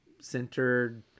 centered